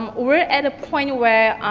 um we're at a point where